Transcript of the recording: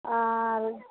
ᱟᱨ